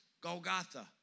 Golgotha